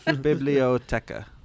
biblioteca